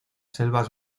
selvas